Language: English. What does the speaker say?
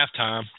halftime